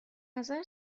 نظر